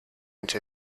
into